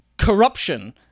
Corruption